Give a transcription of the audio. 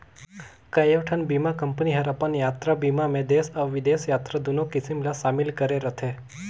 कयोठन बीमा कंपनी हर अपन यातरा बीमा मे देस अउ बिदेस यातरा दुनो किसम ला समिल करे रथे